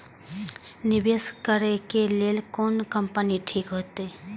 निवेश करे के लेल कोन कंपनी ठीक होते?